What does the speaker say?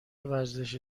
ورزش